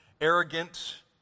arrogant